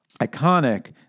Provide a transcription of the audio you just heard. iconic